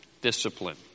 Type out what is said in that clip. discipline